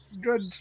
good